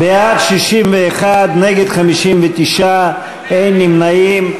בעד, 61, נגד, 59, אין נמנעים.